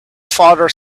father